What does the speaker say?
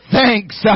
thanks